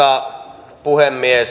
arvoisa puhemies